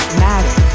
matter